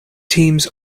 teams